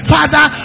Father